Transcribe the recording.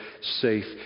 safe